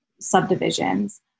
subdivisions